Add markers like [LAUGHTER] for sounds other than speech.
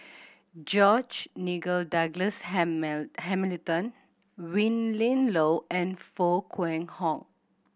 George Nigel Douglas [UNINTELLIGIBLE] Hamilton Willin Low and Foo Kwee Horng